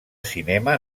cinema